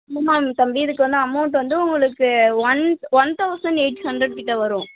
சும்மா இல்லை தம்பி இதுக்கு வந்து அமௌன்ட்டு வந்து உங்களுக்கு one one thousand eight hundred கிட்டே வரும்